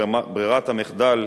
ברירת המחדל,